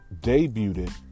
debuted